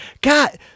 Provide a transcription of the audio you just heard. God